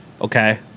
Okay